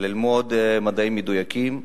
ללמוד מדעים מדויקים.